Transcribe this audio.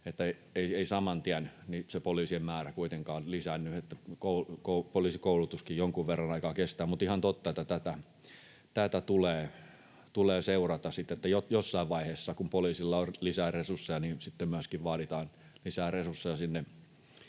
Ei se poliisien määrä saman tien kuitenkaan lisäänny, poliisikoulutuskin jonkun verran aikaa kestää. Mutta on ihan totta, että tätä tulee seurata, eli jossain vaiheessa, kun poliisilla on lisää resursseja, niin sitten myöskin vaaditaan lisää resursseja sinne